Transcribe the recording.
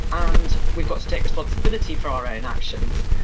and we've got to take responsibility for our own actions.